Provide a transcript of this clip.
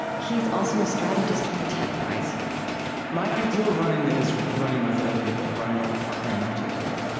he's also a strategist for the ted prize my ideal running is running with other people, running with a partner, in particular.